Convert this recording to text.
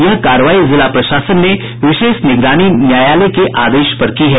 यह कार्रवाई जिला प्रशासन ने विशेष निगरानी न्यायालय के आदेश पर की है